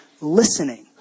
listening